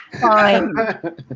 Fine